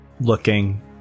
Looking